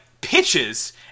Pitches